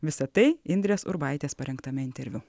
visa tai indrės urbaitės parengtame interviu